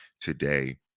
today